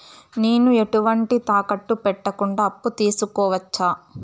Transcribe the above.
నేను ఎటువంటి తాకట్టు పెట్టకుండా అప్పు తీసుకోవచ్చా?